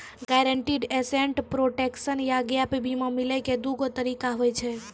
guaranteed asset protection या gap बीमा मिलै के दु तरीका होय छै